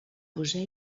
poseu